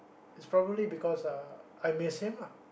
it's probably because uh I miss him lah